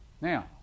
Now